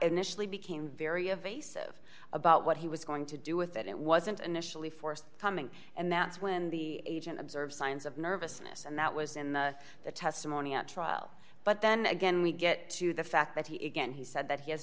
initially became very evasive about what he was going to do with it it wasn't initially forced coming and that's when the agent observed signs of nervousness and that was in the testimony at trial but then again we get to the fact that he again he said that he has